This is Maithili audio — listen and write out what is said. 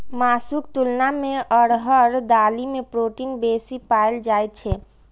मासुक तुलना मे अरहर दालि मे प्रोटीन बेसी पाएल जाइ छै